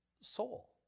soul